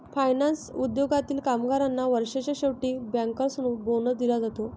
finance उद्योगातील कामगारांना वर्षाच्या शेवटी बँकर्स बोनस दिला जाते